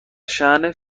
شأن